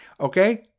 Okay